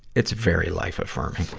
it's very life-affirming.